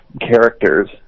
characters